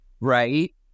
right